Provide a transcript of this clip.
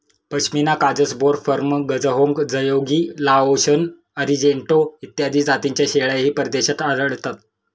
पश्मिना काजस, बोर, फर्म, गझहोंग, जयोगी, लाओशन, अरिजेंटो इत्यादी जातींच्या शेळ्याही परदेशात आढळतात